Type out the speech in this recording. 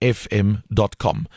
fm.com